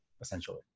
essentially